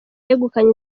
yegukanye